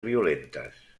violentes